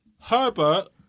Herbert